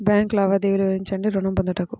Bank లావాదేవీలు వివరించండి ఋణము పొందుటకు?